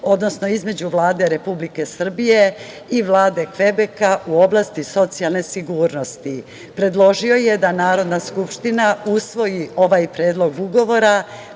odnosno između Vlade Republike Srbije i Vlade Kvebeka u oblasti socijalne sigurnosti. Predložio je da Narodna skupština usvoji ovaj Predlog ugovora